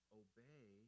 obey